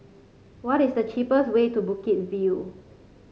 what is the cheapest way to Bukit View